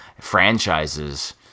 franchises